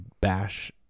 bash